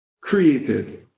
created